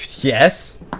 Yes